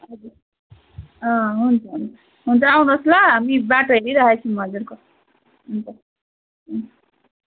हजुर हुन्छ हुन्छ हुन्छ आउनुहोस् ल हामी बाटो हेरिरहेको छौँ हजुरको हुन्छ उम्